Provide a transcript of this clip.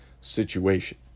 situation